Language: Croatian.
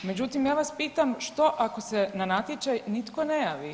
Međutim, ja vas pitam što ako se na natječaj nitko ne javi?